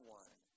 one